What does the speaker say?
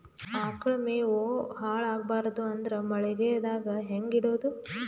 ಆಕಳ ಮೆವೊ ಹಾಳ ಆಗಬಾರದು ಅಂದ್ರ ಮಳಿಗೆದಾಗ ಹೆಂಗ ಇಡೊದೊ?